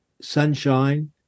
Sunshine